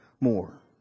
more